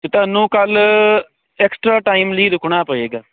ਤੇ ਤੁਹਾਨੂੰ ਕੱਲ ਐਕਸਟਰਾ ਟਾਈਮ ਲਈ ਰੁਕਣਾ ਪਏਗਾ